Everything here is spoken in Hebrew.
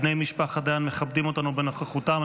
בני משפחת דיין מכבדים אותנו בנוכחותם.